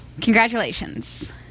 Congratulations